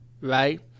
right